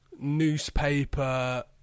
newspaper